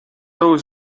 always